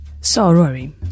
Sorry